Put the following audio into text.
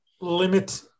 limit